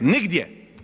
Nigdje.